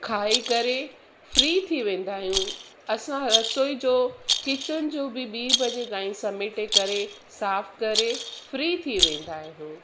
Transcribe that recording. खाई करे फ्री थी वेंदा आहियूं असां रसोई जो किचन जो बि ॿी बजे ताईं समेटे करे साफ़ु करे फ्री थी वेंदा आहियूं